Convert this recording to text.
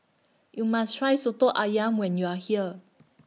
YOU must Try Soto Ayam when YOU Are here